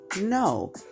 no